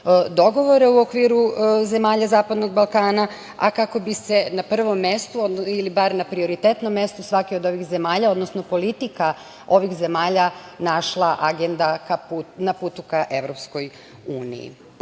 dogovora u okviru zemalja zapadnog Balkana, a kako bi se na prvom mestu ili bar na prioritetnom mestu svake od ovih zemalja, odnosno politika ovih zemalja našla agenda na putu ka EU.Potpisnici